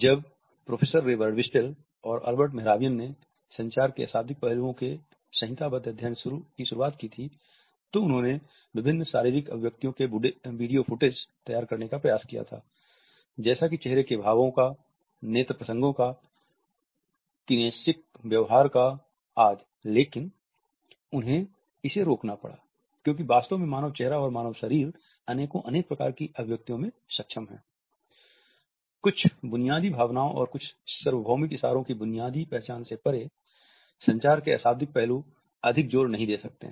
जब professor Ray Birdwhistell और Albert Mehrabian ने संचार के अशाब्दिक पहलुओं के संहिताबद्ध अध्ययन की शुरुआत की थी तो उन्होंने विभिन्न शारीरिक अभिव्यक्तियों के वीडियो फुटेज तैयार करने का प्रयास किया था जैसे कि चेहरे के भावों का नेत्र प्रसंगों का किनेसिक व्यवहार का कुछ बुनियादी भावनाओं और कुछ सार्वभौमिक इशारों की बुनियादी पहचान से परे संचार के अशाब्दिक पहलू अधिक जोर नहीं दे सकते हैं